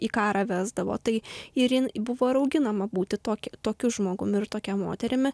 į karą vesdavo tai ir jin buvo ir auginama būti tokį tokiu žmogum ir tokia moterimi